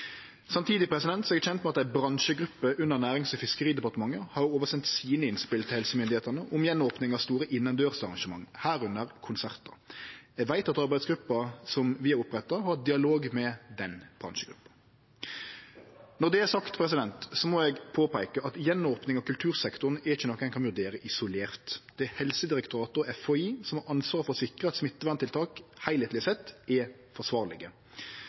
Samtidig er eg kjend med at ei bransjegruppe under Nærings- og fiskeridepartementet har sendt over sine innspel til helsemyndigheitene om å opne for store innandørsarrangement igjen, inkludert konsertar. Eg veit at arbeidsgruppa som vi har oppretta, har dialog med den bransjegruppa. Når det er sagt, må eg peike på at å opne kultursektoren igjen er ikkje noko ein kan vurdere isolert. Det er Helsedirektoratet og FHI som har ansvar for å sikre at smitteverntiltak heilskapleg sett er forsvarlege.